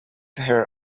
her